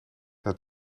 daar